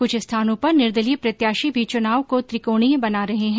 कुछ स्थानों पर निर्दलीय प्रत्याशी भी चुनाव को त्रिकोणीय बना रहे हैं